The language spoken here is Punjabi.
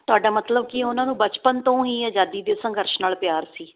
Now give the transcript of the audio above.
ਤੁਹਾਡਾ ਮਤਲਬ ਕਿ ਉਹਨਾਂ ਨੂੰ ਬਚਪਨ ਤੋਂ ਹੀ ਆਜ਼ਾਦੀ ਦੇ ਸੰਘਰਸ਼ ਨਾਲ ਪਿਆਰ ਸੀ